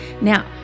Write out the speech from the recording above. Now